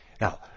Now